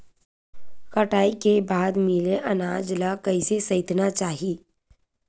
कटाई के बाद मिले अनाज ला कइसे संइतना चाही?